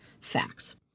facts